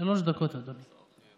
שלוש דקות, אדוני.